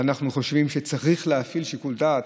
ואנחנו חושבים שצריך להפעיל שיקול דעת.